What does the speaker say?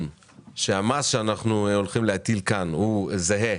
שהמס שאנחנו הולכים להטיל כאן הוא זהה